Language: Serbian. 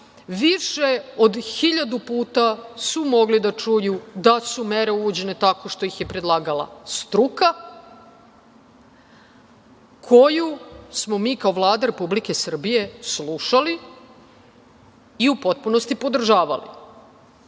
više od hiljadu puta su mogli da čuju da su mere uvođene tako što ih je predlagala struka, koju smo mi kao Vlada Republike Srbije slušali i u potpunosti podržavali,